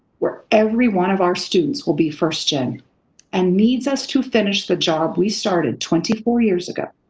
where every one of our students will be first gen and needs us to finish the job we started twenty four years ago,